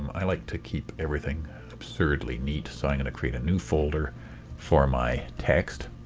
i like to keep everything absurdly neat, so i'm going to create a new folder for my text.